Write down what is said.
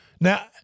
Now